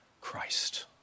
Christ